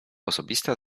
osobista